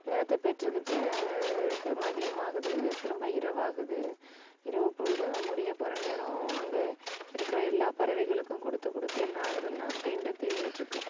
நிறத்தை பெற்றுகிட்டு இருக்குது மதியம் ஆகுது திரும்ப இரவாகுது இரவு பொழுது முடிய போகிற நேரம் அங்கே இருக்கிற எல்லா பறவைகளுக்கும் கொடுத்து கொடுத்து என்ன ஆகுதுன்னா பெயிண்ட்டு தீர்ந்துட்ருக்கு